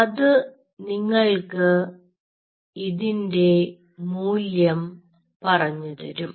അതു നിങ്ങൾക്ക് ഇതിൻറെ മൂല്യം പറഞ്ഞുതരും